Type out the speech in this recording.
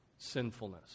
Sinfulness